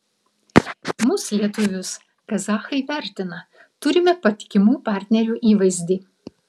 mus lietuvius kazachai vertina turime patikimų partnerių įvaizdį